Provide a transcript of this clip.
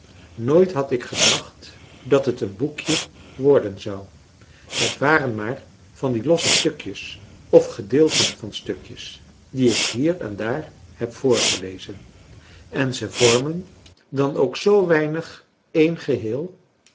nooit had ik gedacht dat het een boekje worden zou het waren maar van die losse stukjes of gedeelten van stukjes die ik hier en daar heb voorgelezen en ze vormen dan ook zoo weinig een geheel